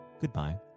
goodbye